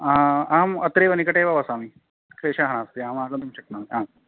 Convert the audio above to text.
अहम् अत्रैव निकटे एव वसामि क्लेशः नास्ति अहम् आगन्तुं शक्नोमि आम्